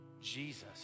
Jesus